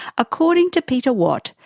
according to peter watt,